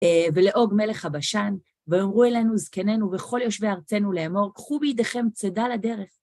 ולאוג מלך הבשן, ויאמרו אלינו זקנינו וכל יושבי ארצנו לאמור, קחו בידיכם צידה לדרך.